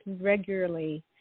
regularly